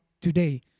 today